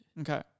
Okay